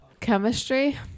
chemistry